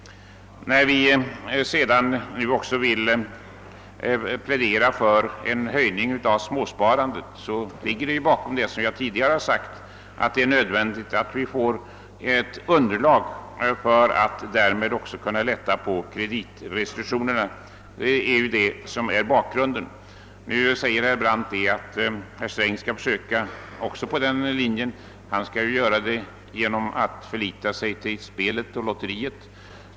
Vi vill också plädera för en höjning av småsparandet, och bakom detta ligger — som jag tidigare har nämnt — nödvändigheten av att skapa förutsättningar för att kunna lätta på kreditrestriktionerna. Herr Brandt säger nu att herr Sträng också skall försöka gå den linjen genom att förlita sig på spel och lotteri.